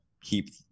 keep